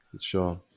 Sure